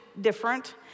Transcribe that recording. different